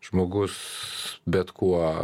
žmogus bet kuo